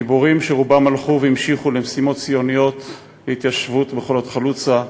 גיבורים שרובם הלכו והמשיכו למשימות ציוניות של התיישבות בחולות חלוצה,